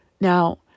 Now